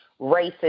racist